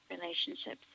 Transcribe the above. relationships